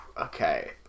Okay